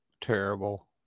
terrible